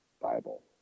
Bible